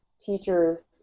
teachers